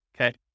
okay